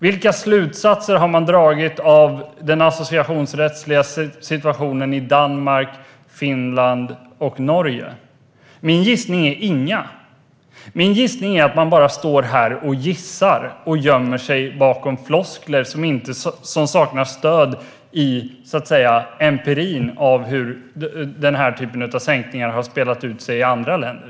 Vilka slutsatser har ni dragit av den associationsrättsliga situationen i Danmark, Finland och Norge? Min gissning är: inga. Min gissning är att ni bara står här och gissar och gömmer er bakom floskler som saknar stöd i empirin när det gäller hur denna typ av sänkningar har fallit ut i andra länder.